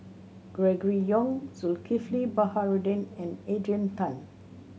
Gregory Yong Zulkifli Baharudin and Adrian Tan